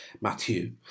Matthew